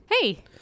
Hey